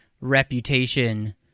reputation